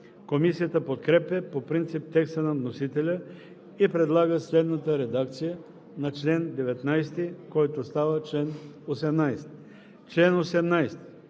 Комисията подкрепя по принцип текста на вносителя и предлага следната редакция на чл. 18, който става чл. 17: „Чл. 17.